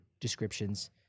descriptions